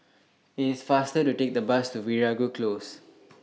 IT IS faster to Take The Bus to Veeragoo Close